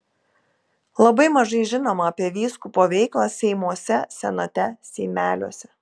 labai mažai žinoma apie vyskupo veiklą seimuose senate seimeliuose